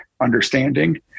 understanding